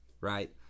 right